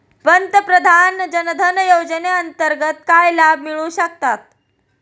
प्रधानमंत्री जनधन योजनेअंतर्गत काय लाभ मिळू शकतात?